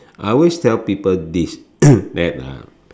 I always tell people this that